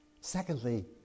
Secondly